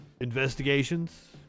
investigations